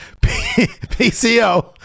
PCO